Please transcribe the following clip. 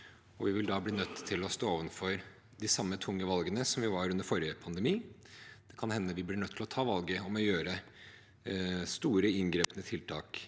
vi vil da bli nødt til å stå overfor de samme tunge valgene som under forrige pandemi. Det kan hende vi blir nødt til å ta valget om å foreta store, inngripende tiltak